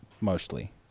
mostly